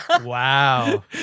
Wow